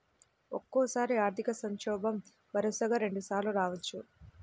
ఒక్కోసారి ఆర్థిక సంక్షోభం వరుసగా రెండుసార్లు రావచ్చు